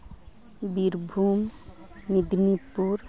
Birbhum Medinipur